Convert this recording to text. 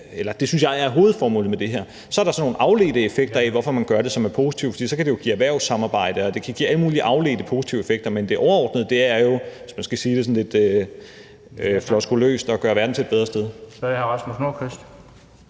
Og det synes jeg er hovedformålet med det her. Så er der så nogle afledte effekter af at gøre det, som er positive, for det kan jo give erhvervssamarbejde, og det kan give alle mulige afledte positive effekter. Men det overordnede er jo, hvis man skal sige det sådan lidt floskuløst, at gøre verden til et bedre sted.